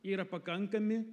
yra pakankami